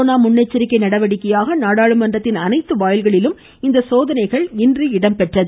corona முன்னெச்சரிக்கை நடவடிக்கையாக நாடாளுமன்றத்தின் அனைத்து வாயில்களிலும் இந்த சோதனைகள் இன்று இடம்பெற்றது